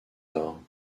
arts